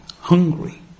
hungry